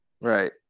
Right